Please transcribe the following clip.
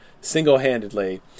single-handedly